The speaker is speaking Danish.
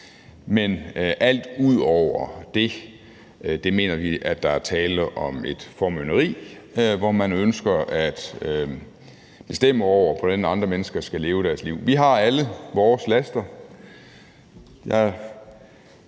alt ud over det, så mener vi, at der er tale om et formynderi, hvor man ønsker at bestemme over, hvordan andre mennesker skal leve deres liv. Vi har alle vores laster.